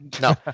No